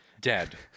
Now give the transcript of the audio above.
dead